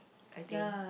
I think